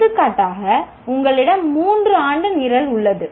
எடுத்துக்காட்டாக உங்களிடம் 3 ஆண்டு நிரல் உள்ளது